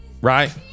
right